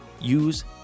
use